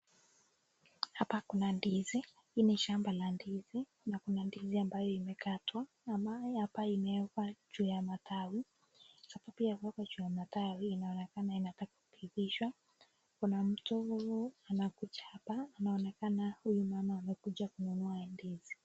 hapa kuna ndizi hii ni shamba la ndizi na kuna ndizi ambaye imekaa tu ama hapa imeekwa juu ya matawi hapa pia juu ya matawi inaonekana inatakakupigishwa kuna mtu huyu anakuja hapa anaonekana huyu mama amekuja kununua ndizi.